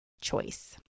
choice